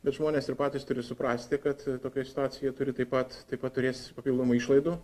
bet žmonės ir patys turi suprasti kad tokioj situacijoj jie turi taip pat taip pat turės papildomų išlaidų